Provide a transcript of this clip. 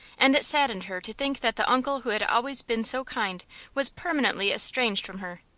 and it saddened her to think that the uncle who had always been so kind was permanently estranged from her.